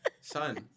son